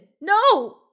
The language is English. No